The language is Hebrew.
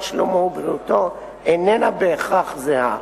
שלומו ובריאותו' איננה בהכרח זהה.